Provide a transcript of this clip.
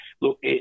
look